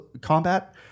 Combat